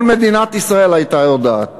כל מדינת ישראל הייתה יודעת